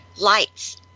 lights